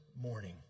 morning